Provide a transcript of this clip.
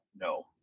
No